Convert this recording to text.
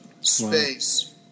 space